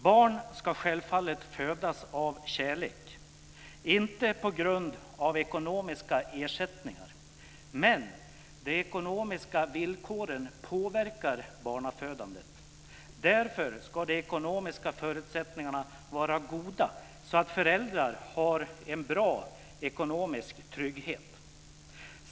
Barn ska självfallet födas av kärlek, inte på grund av ekonomiska ersättningar. Men de ekonomiska villkoren påverkar barnafödandet. Därför ska de ekonomiska förutsättningarna vara goda så att föräldrar har en bra ekonomisk trygghet.